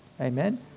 Amen